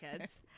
kids